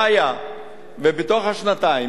והיה ובתוך השנתיים